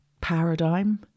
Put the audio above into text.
paradigm